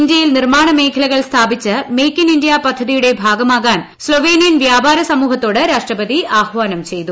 ഇന്ത്യയിൽ നിർമ്മാണ മേഖലുകൾ സ്ഥാപിച്ച് മേക്ക് ഇൻ ഇന്ത്യ പദ്ധതിയുടെ ഭാഗമാകാൻ സ്ലോവേനിയിൻ വ്യാപാര സമൂഹത്തോട് രാഷ്ട്രപതി ആഹാനം ചെയ്തു